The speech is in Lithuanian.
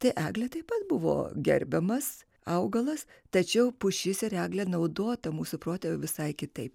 tai eglė taip pat buvo gerbiamas augalas tačiau pušis ir eglė naudotė mūsų protėvių visai kitaip